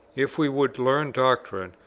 if we would learn doctrine,